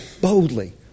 boldly